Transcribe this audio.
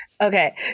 Okay